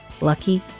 Lucky